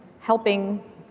helping